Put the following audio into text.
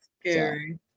Scary